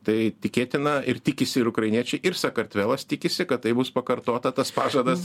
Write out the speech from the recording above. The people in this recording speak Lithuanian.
tai tikėtina ir tikisi ir ukrainiečiai ir sakartvelas tikisi kad tai bus pakartota tas pažadas